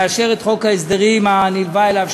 לאשר את חוק ההסדרים הנלווה אליו,